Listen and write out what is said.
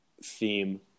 theme